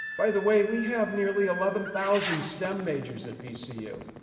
by the way, we have nearly eleven thousand stem majors at vcu.